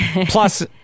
Plus